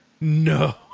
No